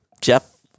Jeff